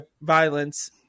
Violence